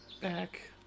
Back